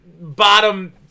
bottom